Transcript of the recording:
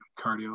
cardio